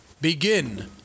begin